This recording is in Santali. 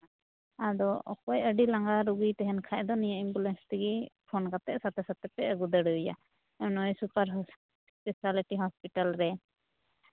ᱟᱫᱚ ᱚᱠᱚᱭ ᱟᱹᱰᱤ ᱞᱟᱸᱜᱟ ᱨᱩᱜᱤᱭ ᱛᱟᱦᱮᱱ ᱠᱷᱟᱱ ᱫᱚ ᱱᱤᱭᱟᱹ ᱮᱢᱵᱩᱞᱮᱱᱥ ᱛᱮᱜᱮ ᱯᱷᱳᱱ ᱠᱟᱛᱮᱫ ᱥᱟᱛᱮ ᱥᱟᱛᱮ ᱯᱮ ᱟᱹᱜᱩ ᱫᱟᱲᱮᱣᱟᱭᱟ ᱱᱚᱜᱼᱚᱭ ᱥᱩᱯᱟᱨ ᱮᱥᱯᱮᱥᱟᱞᱤᱴᱤ ᱦᱚᱥᱯᱤᱴᱟᱞ ᱨᱮ